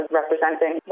representing